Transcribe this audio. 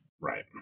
Right